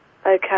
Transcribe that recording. Okay